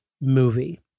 movie